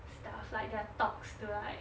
stuff like their talks to like